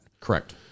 Correct